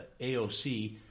AOC